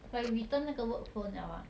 but you return 那个 work phone liao ah oh